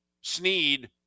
Sneed